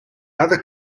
other